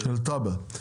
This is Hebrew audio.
של תב"ע.